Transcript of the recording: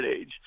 age